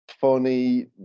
funny